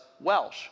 Welsh